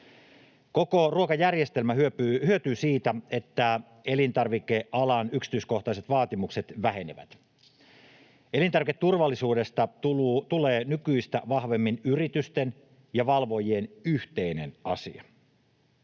Koko ruokajärjestelmä hyötyy siitä, että elintarvikealan yksityiskohtaiset vaatimukset vähenevät. Elintarviketurvallisuudesta tulee nykyistä vahvemmin yritysten ja valvojien yhteinen asia.